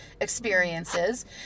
experiences